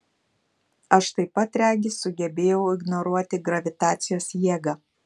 aš taip pat regis sugebėjau ignoruoti gravitacijos jėgą